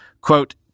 Quote